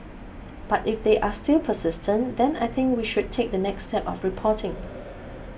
but if they are still persistent then I think we should take the next step of reporting